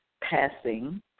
passing